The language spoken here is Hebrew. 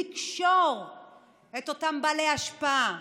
ולקשור את אותם בעלי השפעה,